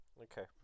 Okay